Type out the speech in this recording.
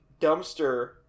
dumpster